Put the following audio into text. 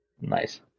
Nice